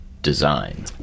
design